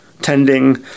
tending